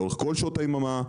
לאורך כל שעות היממה,